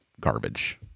garbage